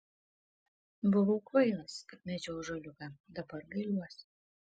buvau kvailas kad mečiau ąžuoliuką dabar gailiuosi